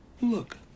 Look